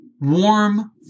warm